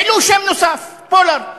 העלו שם נוסף: פולארד.